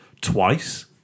twice